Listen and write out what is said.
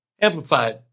Amplified